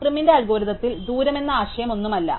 പ്രിമിന്റെ അൽഗോരിതത്തിൽ ദൂരം എന്ന ആശയം ഒന്നുമല്ല